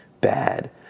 bad